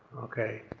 okay?